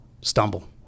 stumble